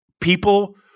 people